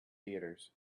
theatres